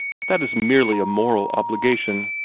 but that is merely a moral obligation,